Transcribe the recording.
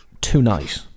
tonight